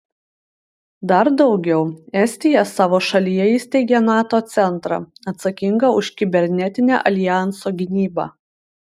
dar daugiau estija savo šalyje įsteigė nato centrą atsakingą už kibernetinę aljanso gynybą